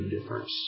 difference